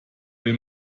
will